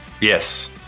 Yes